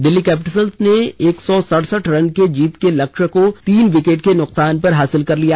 Delhi capitals ने एक सौ सडसठ रन के जीत के लक्ष्य को तीन विकेट के नुकसान पर हासिल कर लिया